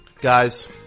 Guys